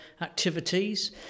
activities